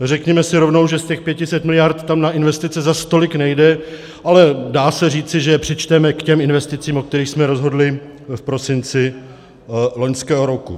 Řekněme si rovnou, že z těch 500 mld. tam na investice zas tolik nejde, ale dá se říci, že je přičteme k těm investicím, o kterých jsme rozhodli v prosinci loňského roku.